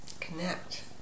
Connect